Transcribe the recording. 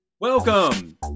Welcome